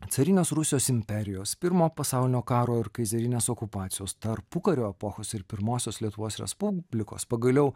carinės rusijos imperijos pirmo pasaulinio karo ir kaizerinės okupacijos tarpukario epochos ir pirmosios lietuvos respublikos pagaliau